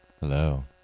Hello